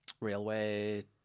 railway